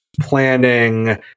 planning